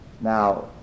Now